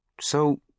So